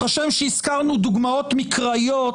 וכשם שהזכרנו דוגמאות מקראיות,